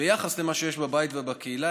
ביחס למה שיש בבית ובקהילה,